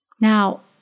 Now